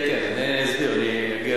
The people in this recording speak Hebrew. כן, כן, אני אסביר, אני אגיע,